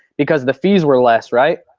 because the fees were less right?